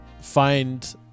find